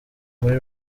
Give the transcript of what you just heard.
muri